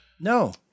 No